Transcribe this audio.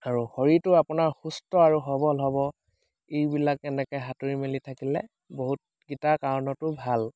আৰু শৰীৰটো আপোনাৰ সুস্থ আৰু সবল হ'ব এইবিলাক এনেকৈ সাঁতুৰি মেলি থাকিলে বহুতকেইটা কাৰণতো ভাল